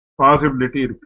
Possibility